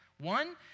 One